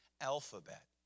alphabet